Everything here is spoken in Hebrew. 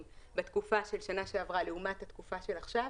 בתקופה של שנה שעברה לעומת התקופה הנוכחית,